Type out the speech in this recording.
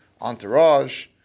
entourage